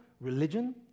religion